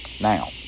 now